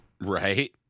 Right